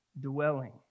dwelling